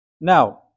Now